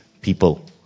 people